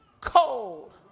cold